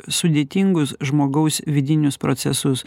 sudėtingus žmogaus vidinius procesus